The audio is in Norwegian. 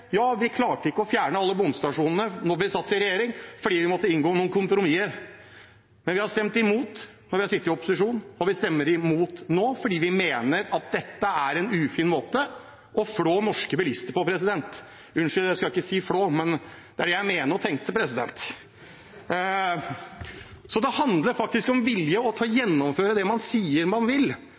Vi i Fremskrittspartiet klarte ikke å fjerne alle bomstasjonene da vi satt i regjering fordi vi måtte inngå noen kompromisser. Men vi har stemt imot når vi har sittet i opposisjon, og vi stemmer imot nå fordi vi mener at dette er en ufin måte å flå norske bilister på. – Unnskyld, jeg skal ikke si «flå», men det var det jeg mente og tenkte, president! Det handler faktisk om vilje til å gjennomføre det man sier man vil.